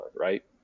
right